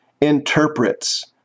interprets